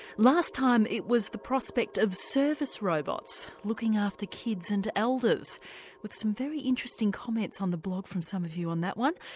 last time it was the prospect of service robots looking after kids and elders with some very interesting comments on the blog from some of you on that one.